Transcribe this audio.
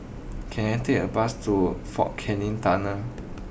can I take a bus to Fort Canning Tunnel